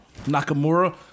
Nakamura